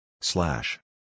slash